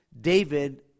David